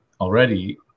already